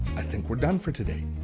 i think we're done for today.